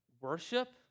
worship